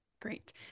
Great